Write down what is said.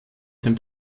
sein